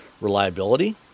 reliability